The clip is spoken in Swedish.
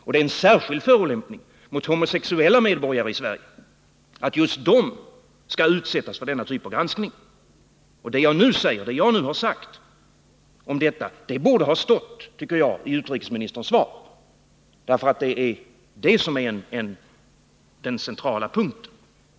Och det är en särskild förolämpning mot homosexuella medborgare i Sverige att just de skall utsättas för denna typ av granskning. Det jag nu har sagt om detta borde ha stått, tycker jag, i utrikesministerns svar, därför att det är det som är den centrala punkten.